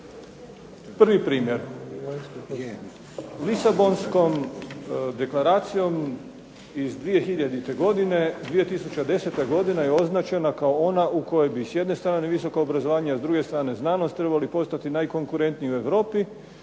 Prvi primjer. Lisabonskom deklaracijom iz 2000. godine, 2010. godina je označena kao ona u kojoj bi s jedne strane visoko obrazovanje, a s druge strane znanost trebali postati najkonkurentniji u Europi